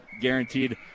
guaranteed